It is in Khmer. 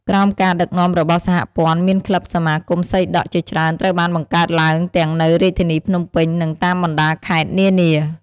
ក្រោមការដឹកនាំរបស់សហព័ន្ធ មាន ក្លឹប សមាគមសីដក់ ជាច្រើនត្រូវបានបង្កើតឡើងទាំងនៅរាជធានីភ្នំពេញ និងតាមបណ្ដាខេត្តនានា។